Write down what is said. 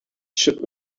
should